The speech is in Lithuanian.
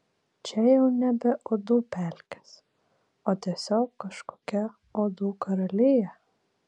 čia jau nebe uodų pelkės o tiesiog kažkokia uodų karalija